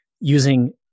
using